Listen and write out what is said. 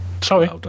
sorry